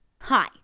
Hi